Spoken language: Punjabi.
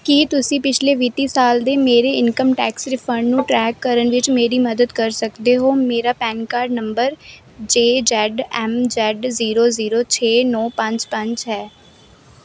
ਕੀ ਤੁਸੀਂ ਪਿਛਲੇ ਵਿੱਤੀ ਸਾਲ ਦੇ ਮੇਰੇ ਇਨਕਮ ਟੈਕਸ ਰਿਫੰਡ ਨੂੰ ਟਰੈਕ ਕਰਨ ਵਿੱਚ ਮੇਰੀ ਮਦਦ ਕਰ ਸਕਦੇ ਹੋ ਮੇਰਾ PAN card number J Z M Z zero zero ਛੇ ਨੌ ਪੰਜ ਪੰਜ ਹੈ